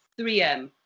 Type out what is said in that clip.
3M